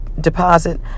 deposit